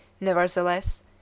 Nevertheless